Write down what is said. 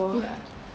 ya